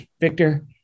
Victor